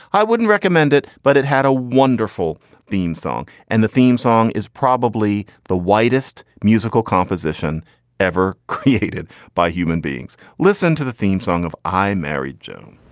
i wouldn't recommend it, but it had a wonderful theme song. and the theme song is probably the whitest musical composition ever created by human beings. listen to the theme song of i married joan